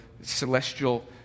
celestial